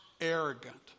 arrogant